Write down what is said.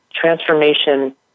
Transformation